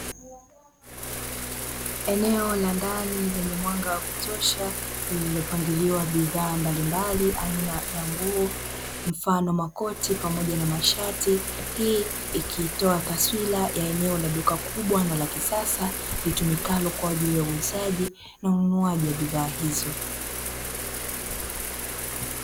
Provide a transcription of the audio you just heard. Eneo la ndani lenye mwanga wa kutosha, lililopangiliwa bidhaa mbalimbali aina ya nguo, mfano makoti pamoja na mashati. Hii ikitoa taswira ya eneo la duka kubwa na la kisasa, litumikalo kwa ajili ya uuzaji na ununuaji wa bidhaa hizo.